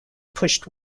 pushed